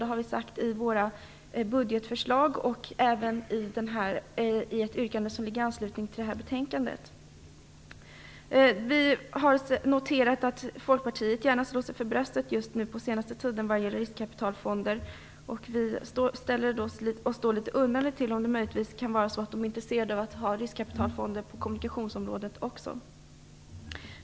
Det har vi sagt i vårt budgetförslag och även i ett yrkande i anslutning till det här betänkandet. Vi har på den senaste tiden noterat att Folkpartiet gärna slår sig för bröstet när det gäller riskkapitalfonder. Vi undrar då om det kan vara så att det är intresserat av att ha riskkapitalfonder på kommunikationsområdet också.